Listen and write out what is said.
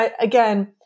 again